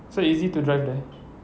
so easy to drive there